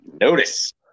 Notice